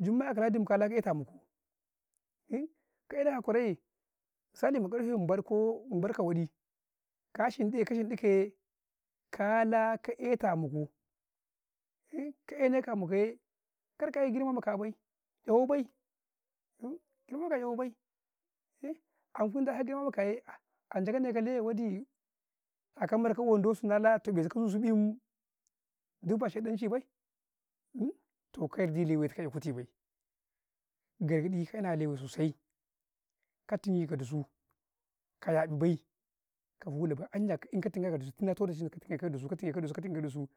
﻿jumma'ah ka ladi kwa rageta mukuu, ka eh ne a kware yee misali ma ǩarfe ba ɗk0 baɗ ka waɗi, ka shin ɗe, ka shin ɗi ka yee kalaa ka eh tuku ma muku ka eh neka muka yee, kar ka'eh girma ma ka bay 'yawa bay, ankum kagirma makaye ankum kagirma ma kaye ka ne kau kwai wa wa ɗi yakau mar kau wanda su naa laa ta ნe kansu bii giɗ ba shaiɗanci bane ka yari lewe tukau i kuti bay garga ɗi kana lewe sosai ka tingi ka dusuu, ka ya ნi bay, ka fula bay, anya in ka tun ganau ka dusuu, tuna tau nnisu ka tu ne ka dusu,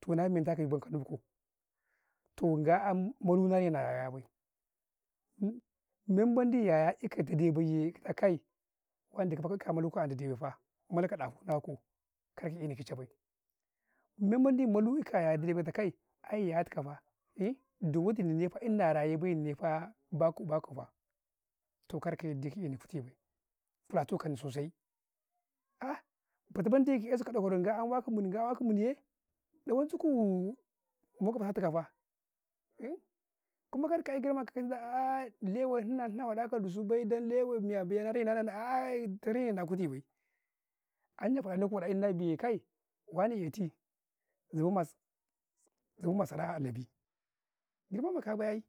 toh na merta men me'm ɗi ka isikau, toh ga'an manu na eh ma yaya bay men mendi yaya i'kau dai-dai bay yee a kai, wane dukau ka ɗahu ga ko, ka eh 'nni kica bay, men mendi malu ika, yayadi bita kai ye yayatuka faa, di waɗi nin nna raye faa, bakku faa, toh kar ka yar ɗi ka ini jutu bay, kulatu ka nni sosai a'a fatii, wendi eh nusu ka ɗa kwarau, ga'an waka mini-ga'an waka mimi yee,'ya wantuu, na kula ta tuka faa, kuma kar ka yee girma ma ka'ii da a'aah lewai nnau na tuna wa ɗa ka dusu bay, dan lewai baya bara ne, na a'ah yee, tara ba ɗa kuti bay, anya fa ɗa ne tuku wa ɗa ne biyeti wane eh ti ze mas, zabin ma sara a labii.